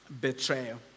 betrayal